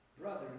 brother